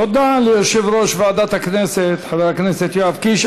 תודה ליושב-ראש ועדת הכנסת, חבר הכנסת יואב קיש.